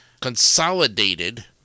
consolidated